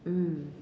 mm